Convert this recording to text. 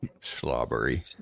Slobbery